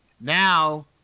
Now